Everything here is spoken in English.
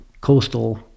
coastal